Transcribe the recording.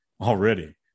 already